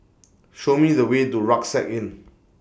Show Me The Way to Rucksack Inn